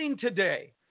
today